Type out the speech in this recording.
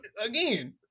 again